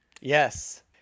Yes